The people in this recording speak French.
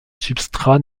substrat